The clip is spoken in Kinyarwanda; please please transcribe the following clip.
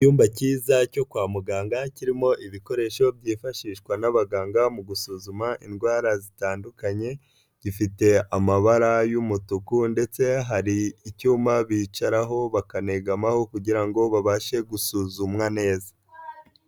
Icyumba cyiza cyo kwa muganga, kirimo ibikoresho byifashishwa n'abaganga mu gusuzuma indwara zitandukanye. Gifite amabara y'umutuku, ndetse hari icyuma bicaraho bakanegamaho kugirango babashe gusuzumwa neza.